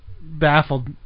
baffled